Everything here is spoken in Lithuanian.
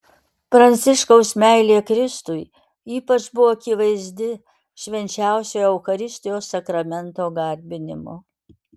pranciškaus meilė kristui ypač buvo akivaizdi švenčiausiojo eucharistijos sakramento garbinimu